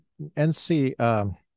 NC